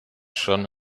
schon